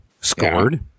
scored